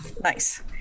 Nice